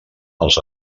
els